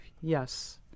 Yes